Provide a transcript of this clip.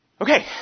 Okay